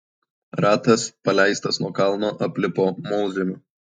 ratas paleistas nuo kalno aplipo molžemiu